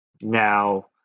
now